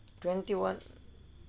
twenty one